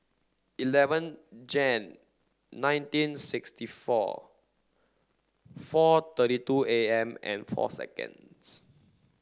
eleven Jan nineteen sixty four four thirty two A M and four seconds